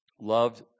loved